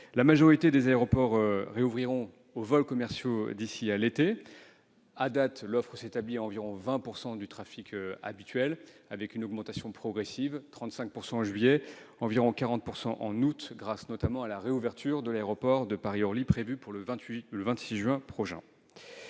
La majorité des aéroports rouvriront aux vols commerciaux d'ici à l'été. À date, l'offre s'établit à environ 20 % du trafic habituel, avec une augmentation progressive : 35 % en juillet, environ 40 % en août, grâce en particulier à la réouverture de l'aéroport de Paris-Orly, prévue le 26 juin prochain.